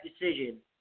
decision